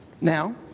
Now